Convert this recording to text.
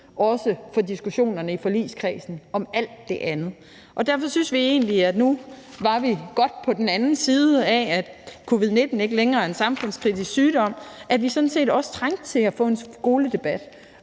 tid fra diskussionerne i forligskredsen om alt det andet. Og derfor synes vi egentlig, at vi nu, hvor vi er godt på den anden side af, at covid-19 ikke længere er en samfundskritisk sygdom, sådan set også trænger til at få en skoledebat,